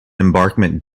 embankment